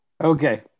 Okay